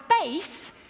space